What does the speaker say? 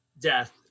death